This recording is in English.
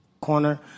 corner